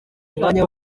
umwanya